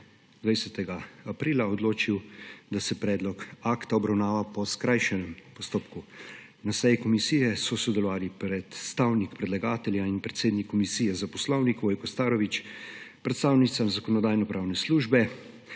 20. aprila odločil, da se predlog akta obravnava po skrajšanem postopku. Na seji komisije so sodelovali predstavnik predlagatelja in predsednik Komisije za poslovnik Vojko Starović, predstavnica Zakonodajno-pravne službe,